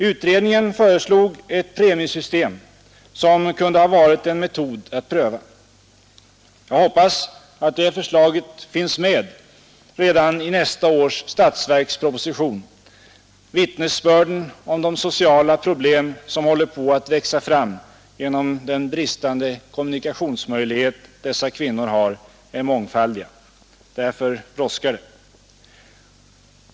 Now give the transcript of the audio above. Utredningen föreslog ett premiesystem som kunde ha varit en metod att pröva. Jag hoppas att det förslaget finns med redan i nästa års statsverksproposition. Vittnesbörden om de sociala problem som håller på att växa fram genom den bristande kommunikationsmöjlighet dessa kvinnor har är mångfaldiga. Därför brådskar det.